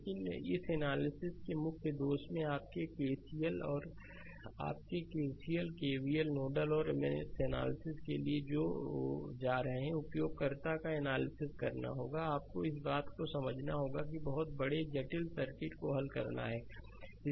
लेकिन इस एनालिसिस के मुख्य दोष में आपके KC आपके KCL KVL नोडल और मेष एनालिसिस के लिए जा रहे उपयोगकर्ता का एनालिसिस करना होगा आपको इस बात को समझना होगा कि आपको बहुत बड़े जटिल सर्किट को हल करना है